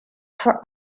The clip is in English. for